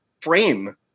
frame